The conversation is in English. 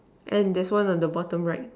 and there's one on the bottom right